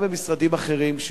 גם במשרדים אחרים,